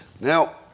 Now